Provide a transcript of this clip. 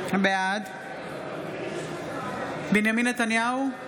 בעד בנימין נתניהו,